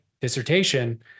dissertation